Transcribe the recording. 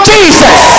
Jesus